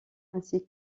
ainsi